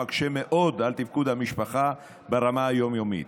המקשה מאוד על תפקוד המשפחה ברמה היום-יומית.